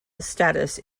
status